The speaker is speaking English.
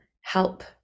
help